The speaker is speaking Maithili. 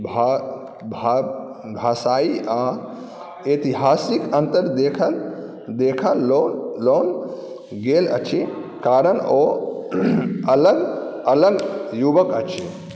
भाषाइ आओर ऐतिहासिक अन्तर देखाओल गेल अछि कारण ओ अलग अलग युगके अछि